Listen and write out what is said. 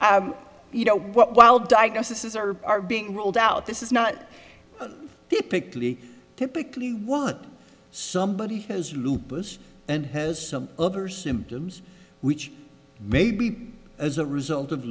you know while diagnosis is or are being rolled out this is not typically typically what somebody has lupus and has some other symptoms which may be as a result of